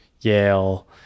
Yale